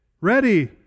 ready